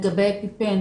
לגבי אפיפן